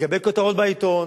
לקבל כותרות בעיתון.